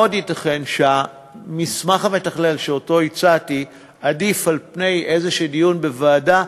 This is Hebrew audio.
מאוד ייתכן שהמסמך המתכלל שהצעתי עדיף על פני דיון כלשהו בוועדה,